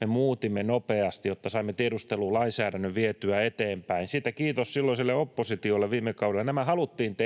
me muutimme nopeasti, jotta saimme tiedustelulainsäädännön vietyä eteenpäin. Siitä kiitos silloiselle oppositiolle viime kaudella, nämä haluttiin